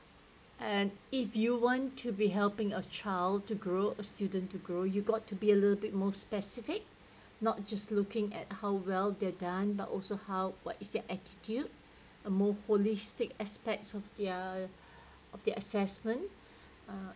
and if you want to be helping a child to grow a student to grow you've got to be a little bit more specific not just looking at how well they've done but also how what is their attitude a more holistic aspects of their of their assessment uh